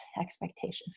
expectations